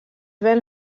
ven